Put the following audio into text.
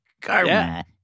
Karma